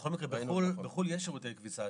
בכל מקרה, בחו"ל יש שירותי כביסה.